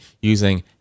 using